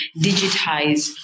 digitize